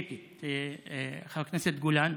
היפותטית, חבר הכנסת גולן,